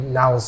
now